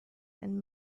and